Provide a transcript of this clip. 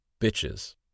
Bitches